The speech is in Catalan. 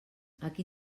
aquí